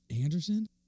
Anderson